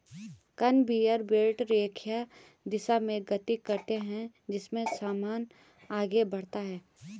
conveyor belt रेखीय दिशा में गति करते हैं जिससे सामान आगे बढ़ता है